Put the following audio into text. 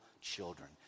children